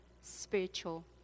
spiritual